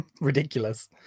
ridiculous